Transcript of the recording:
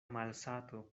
malsato